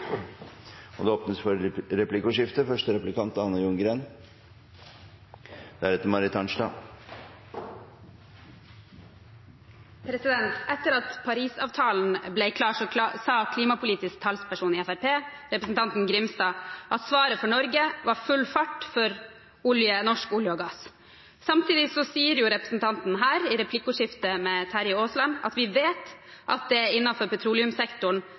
det same området. Det blir replikkordskifte. Etter at Paris-avtalen ble klar, sa klimapolitisk talsperson i Fremskrittspartiet, representanten Grimstad, at svaret for Norge var full fart for norsk olje og gass. Samtidig sier representanten i replikkordskiftet med Terje Aasland at vi vet at det er innenfor petroleumssektoren